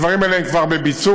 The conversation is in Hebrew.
הדברים האלה הם כבר בביצוע.